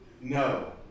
no